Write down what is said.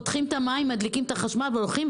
פותחים את המים ומדליקים את החשמל והולכים.